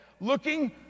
looking